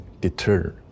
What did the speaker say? deter